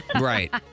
Right